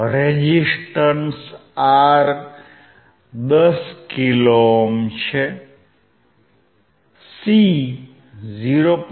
resistance R 10 kilo ohm છે C 0